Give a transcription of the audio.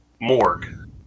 morgue